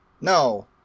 No